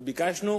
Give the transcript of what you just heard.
וביקשנו: